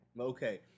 Okay